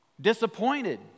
disappointed